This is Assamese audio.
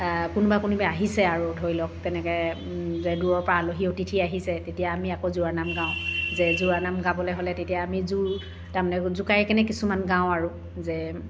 কোনোবা কোনোবি আহিছে আৰু ধৰি লওক তেনেকৈ দূৰৰ পৰা আলহী অতিথি আহিছে তেতিয়া আমি আকৌ জোৰানাম গাওঁ যে জোৰানাম গাবলৈ হ'লে তেতিয়া আমি জোৰ তাৰমানে জোকাই কেনে কিছুমান গাওঁ আৰু যে